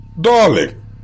Darling